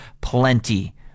Plenty